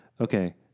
okay